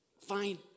fine